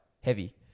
heavy